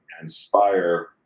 inspire